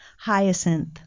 hyacinth